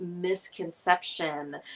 misconception